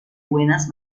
buenas